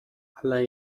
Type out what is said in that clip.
ale